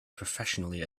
professionally